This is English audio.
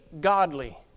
godly